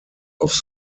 off